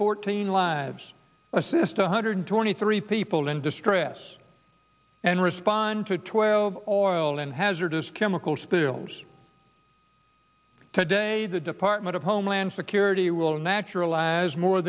fourteen lives assist a hundred twenty three people in distress and respond to a twelve or oil and hazardous chemical spill today the department of homeland security will naturalize more